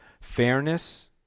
fairness